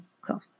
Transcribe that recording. Cool